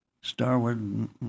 Starwood